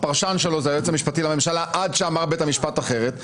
הפרשן שלו זה היועץ המשפטי לממשלה עד שאמר בית המשפט אחרת.